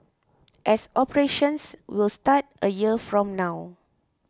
as operations will start a year from now